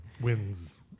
Wins